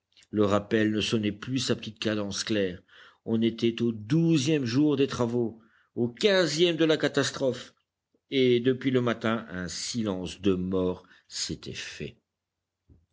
le rappel ne sonnait plus sa petite cadence claire on était au douzième jour des travaux au quinzième de la catastrophe et depuis le matin un silence de mort s'était fait